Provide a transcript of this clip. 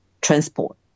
transport